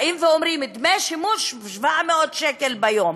באים ואומרים: דמי שימוש 700 שקל ביום.